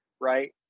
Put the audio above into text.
right